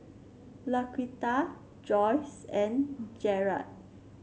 Laquita Joyce and Jarad